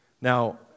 Now